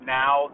now